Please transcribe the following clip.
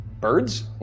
birds